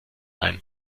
einem